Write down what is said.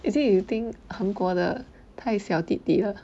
is it you think 韩国的太小弟弟了